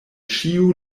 ĉiu